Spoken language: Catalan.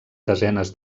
desenes